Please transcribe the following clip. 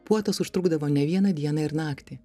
puotos užtrukdavo ne vieną dieną ir naktį